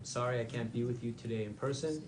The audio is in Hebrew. אני לא אעבור לברכת הוידאו הבאה,